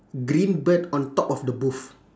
green bird on top of the booth